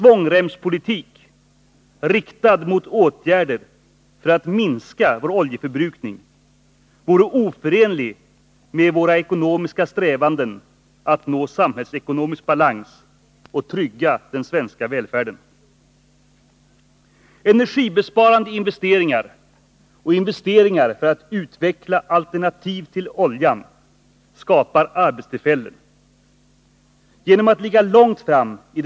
Genom att ligga långt framme i den energitekniska forskningen och utvecklingen kan vi också skapa förutsättningar för en ökad svensk export av produkter och patent inom ett område där efterfrågan är stor i snart hela världen. Statliga utgifter som resulterar i att vi snabbt kan skära ned vår oljeimport har vi inte råd att låta bli!